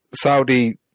Saudi